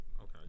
Okay